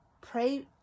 pray